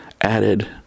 added